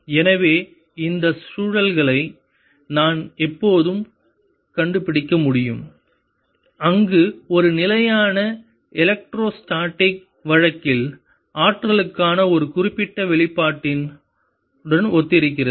எனவே இந்த சூழ்நிலைகளை நான் எப்போதும் கண்டுபிடிக்க முடியும் அங்கு ஒரு நிலையான எலக்ட்ரோ ஸ்டேட்டிக் வழக்கில் ஆற்றலுக்கான ஒரு குறிப்பிட்ட வெளிப்பாட்டுடன் ஒத்திருக்கிறது